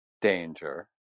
danger